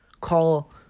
call